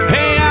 Hey